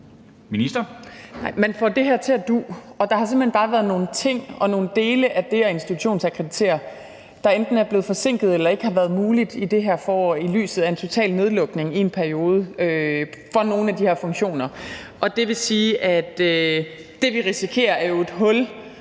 der har simpelt hen bare været nogle ting og nogle dele ved det at institutionsakkreditere, der enten er blevet forsinket eller ikke har været muligt i det her forår i lyset af en total nedlukning af nogle af de her funktioner i en periode. Det vil sige, at det, vi risikerer, jo er et hul,